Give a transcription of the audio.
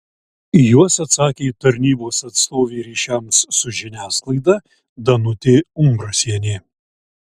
į juos atsakė tarnybos atstovė ryšiams su žiniasklaida danutė umbrasienė